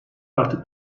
artık